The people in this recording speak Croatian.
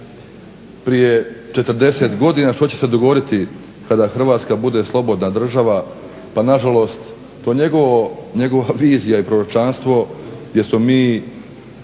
Hrvatska